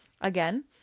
again